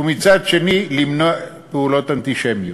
ומצד שני למנוע פעולות אנטישמיות.